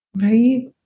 Right